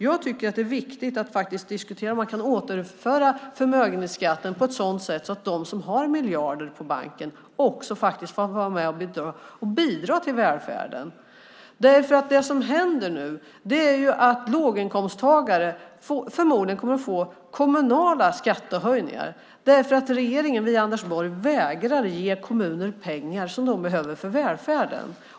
Jag tycker att det är viktigt att diskutera om man kan återinföra förmögenhetsskatten på ett sådant sätt att de som har miljarder på banken får vara med och bidra till välfärden. Det som händer nu är att låginkomsttagare förmodligen kommer att få kommunala skattehöjningar därför att regeringen via Anders Borg vägrar att ge kommuner pengar som de behöver för välfärden.